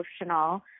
emotional